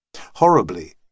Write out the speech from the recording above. Horribly